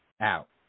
out